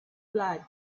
blood